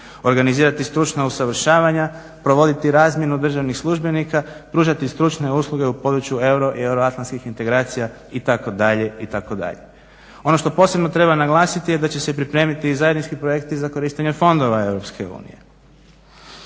organizirati stručna usavršavanja, provoditi razmjenu državnih službenika, pružati stručne usluge u području euro i euroatlantskih integracija itd., itd. Ono što posebno treba naglasiti je da će se pripremiti i zajednički projekti za korištenje fondova EU.